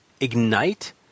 Ignite